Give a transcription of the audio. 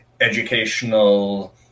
educational